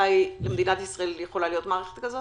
מתי למדינת ישראל יכולה להיות מערכת כזאת?